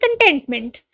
contentment